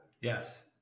Yes